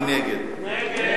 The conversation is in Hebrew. מי נגד?